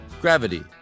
Gravity